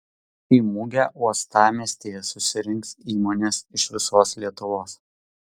į mugę uostamiestyje susirinks įmonės iš visos lietuvos